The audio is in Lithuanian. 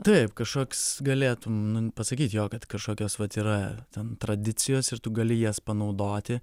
taip kažkoks galėtum nu pasakyt jo kad kažkokios vat yra ten tradicijos ir tu gali jas panaudoti